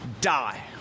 Die